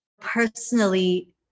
personally